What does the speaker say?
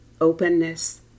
openness